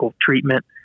treatment